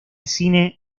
cine